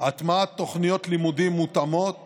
הטמעת תוכניות לימודים מותאמות